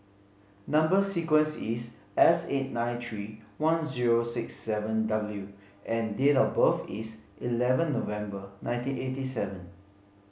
number sequence is S eight nine three one zero six seven W and date of birth is eleven November nineteen eighty seven